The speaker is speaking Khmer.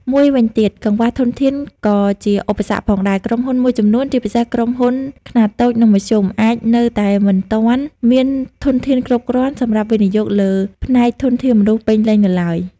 មួយវិញទៀត កង្វះធនធាន ក៏ជាឧបសគ្គផងដែរ ក្រុមហ៊ុនមួយចំនួន ជាពិសេសក្រុមហ៊ុនខ្នាតតូច និងមធ្យម អាចនៅតែមិនទាន់មានធនធានគ្រប់គ្រាន់សម្រាប់វិនិយោគលើផ្នែកធនធានមនុស្សពេញលេញនៅឡើយ។